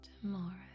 tomorrow